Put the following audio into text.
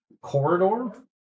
corridor